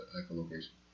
echolocation